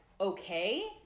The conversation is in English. okay